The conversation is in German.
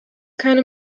keine